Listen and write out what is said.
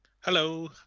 Hello